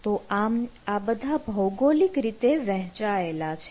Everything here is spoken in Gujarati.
તો આમ આ બધા ભૌગોલિક રીતે વહેચાયેલા છે